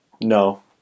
No